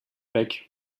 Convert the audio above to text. bec